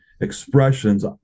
expressions